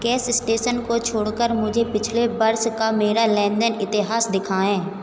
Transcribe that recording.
gas station को छोड़कर मुझे पिछले वर्ष का मेरा लेन देन इतिहास दिखाएँ